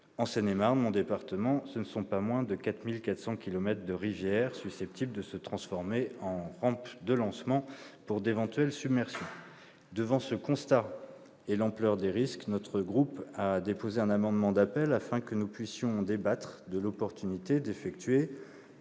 En Seine-et-Marne, mon département, ce ne sont pas moins de 4 400 kilomètres de rivières susceptibles de se transformer en rampes de lancement pour d'éventuelles submersions. Devant ce constat et l'ampleur des risques, notre groupe a déposé un amendement d'appel : dans l'attente de la proposition de